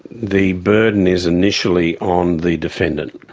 the burden is initially on the defendant.